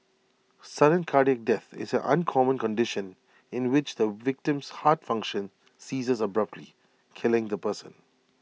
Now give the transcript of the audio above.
sudden cardiac death is an uncommon condition in which the victim's heart function ceases abruptly killing the person